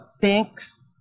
thanks